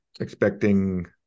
expecting